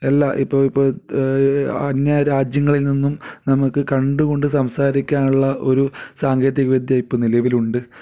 എല്ലാ ഇപ്പോൾ ഇപ്പോൾ അന്യ രാജ്യങ്ങളിൽ നിന്നും നമുക്ക് കണ്ടു കൊണ്ടു സംസാരിക്കാനുള്ള ഒരു സാങ്കേതിക വിദ്യ ഇപ്പോൾ നിലവിലുണ്ട്